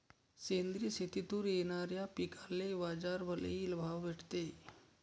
सेंद्रिय शेतीतून येनाऱ्या पिकांले बाजार लई भाव भेटते